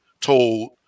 told